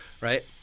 Right